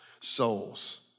souls